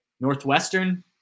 Northwestern